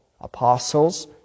apostles